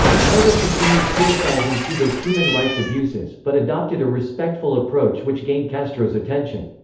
carter continued criticizing cuba's human rights abuses, but adopted a respectful approach which gained castro's attention.